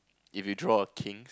if you draw a king